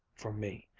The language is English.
for me.